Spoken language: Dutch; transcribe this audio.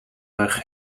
rug